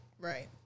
right